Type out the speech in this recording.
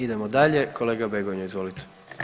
Idemo dalje, kolega Begonja, izvolite.